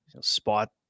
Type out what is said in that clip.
spot